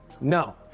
No